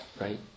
right